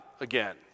again